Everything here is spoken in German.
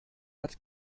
hat